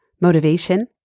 motivation